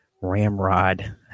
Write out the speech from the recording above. ramrod